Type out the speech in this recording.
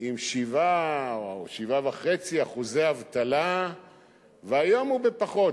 עם 7% או 7.5% אבטלה והיום הוא בפחות.